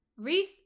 Reese